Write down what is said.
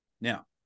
Now